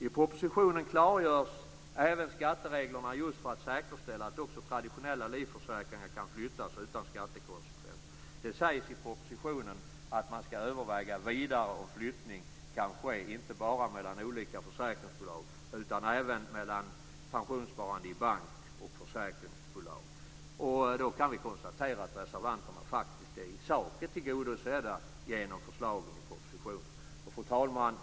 I propositionen klargörs även skattereglerna just för att säkerställa att också traditionella livförsäkringar kan flyttas utan skattekonsekvenser. Det sägs i propositionen att man skall överväga vidare om flyttning kan ske inte bara mellan olika försäkringsbolag utan även mellan pensionssparande i bank och försäkringsbolag. Vi kan konstatera att reservanterna faktiskt i sak är tillgodosedda genom förslagen i propositionen. Fru talman!